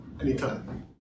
Anytime